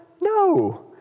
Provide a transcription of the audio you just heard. No